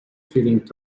feelings